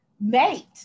mate